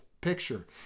picture